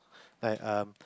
like um